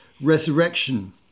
Resurrection